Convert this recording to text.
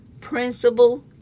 principal